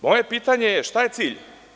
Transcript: Moje pitanje je – šta je cilj?